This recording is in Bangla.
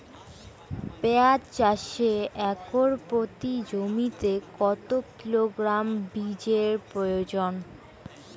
পেঁয়াজ চাষে একর প্রতি জমিতে কত কিলোগ্রাম বীজের প্রয়োজন?